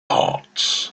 parts